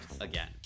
again